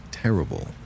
Terrible